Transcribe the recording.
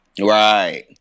right